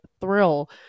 thrill